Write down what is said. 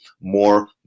more